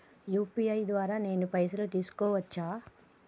UPI ద్వారా నేను పైసలు తీసుకోవచ్చా?